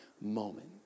moment